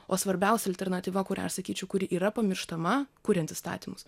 o svarbiausia alternatyva kurią aš sakyčiau kuri yra pamirštama kuriant įstatymus